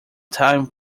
time